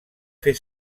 fer